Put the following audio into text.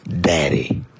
daddy